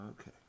Okay